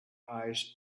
eyes